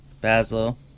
Basil